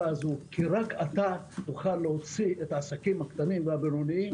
הזו כי רק אתה תוכל להוציא את העסקים הקטנים והבינוניים,